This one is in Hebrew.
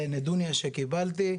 זה נדוניה שקיבלתי,